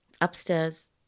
Upstairs